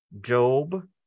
Job